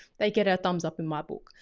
they get a thumbs up in my book.